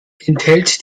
enthält